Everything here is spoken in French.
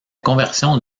conversion